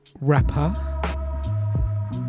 rapper